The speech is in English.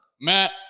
Matt